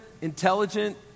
intelligent